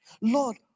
lord